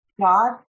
God